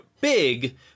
big